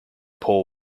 paul